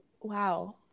Wow